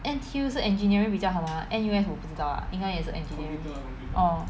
N_T_U 是 engineering 比较好 mah N_U_S 我不知道 lah 应该也是 engineering orh